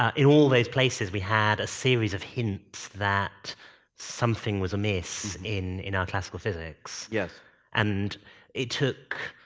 ah in all those places, we had a series of hints that something was amiss in in our classical physics. yeah and it took,